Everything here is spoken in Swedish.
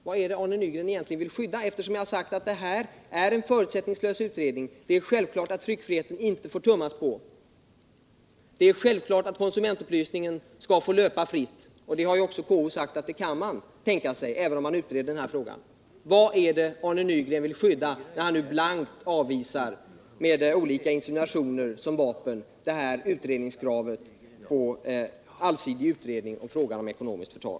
Jag har framhållit att det här handlar om en förutsättningslös utredning. Det är självklart att tryckfriheten inte får tummas på. Det är självklart att konsumentupplysning skall få bedrivas fritt. Det har också KO sagt att man kan tänka sig, även om denna fråga utreds. Vad är det Arne Nygren vill skydda, när han nu, med olika insinuationer som vapen, blankt avvisar kravet på en allsidig utredning om frågan om ansvar för ekonomiskt förtal?